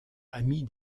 amis